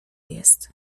jest